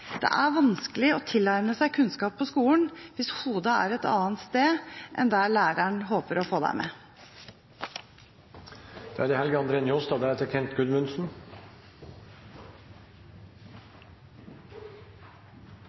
Det er vanskelig å tilegne seg kunnskap på skolen hvis hodet er et annet sted enn der læreren håper å få deg med. Det er hyggeleg å vera her på ein laurdag og sitja på kontoret og lytta til debatten. Det